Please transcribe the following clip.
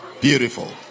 beautiful